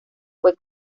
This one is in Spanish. fue